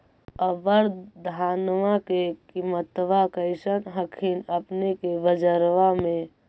अबर धानमा के किमत्बा कैसन हखिन अपने के बजरबा में?